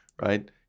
right